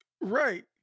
Right